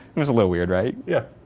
it was a little weird right? yeah.